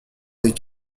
des